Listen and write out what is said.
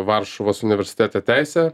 varšuvos universitete teisę